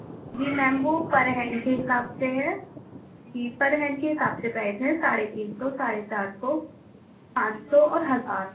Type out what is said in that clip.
جی ma'am وہ per hand کے حساب سے ہے جی پر ہینڈ کے حساب سے پرائس ہے ساڑھے تین سو ساڑھے چار سو پانچ سو اور ہزار